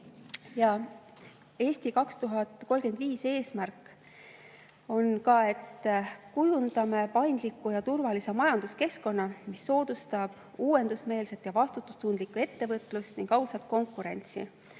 "Eesti 2035" eesmärk on ka see, et kujundame paindliku ja turvalise majanduskeskkonna, mis soodustab uuendusmeelset ja vastutustundlikku ettevõtlust ning ausat konkurentsi.